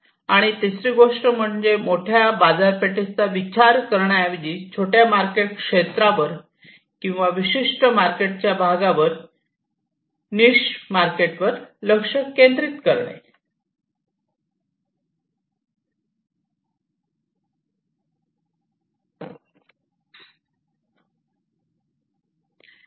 आणि तिसरी गोष्ट म्हणजे मोठ्या बाजारपेठेचा विचार करण्याऐवजी छोट्या मार्केट क्षेत्रावर किंवा विशिष्ट मार्केट च्या भागावर निश मार्केटवर लक्ष केंद्रित करणे